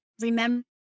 remember